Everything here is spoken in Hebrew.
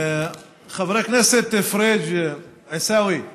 חבר הכנסת עיסאווי פריג',